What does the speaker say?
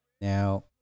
Now